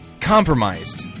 compromised